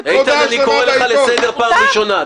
איתן, אני קורא לך לסדר פעם ראשונה.